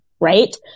Right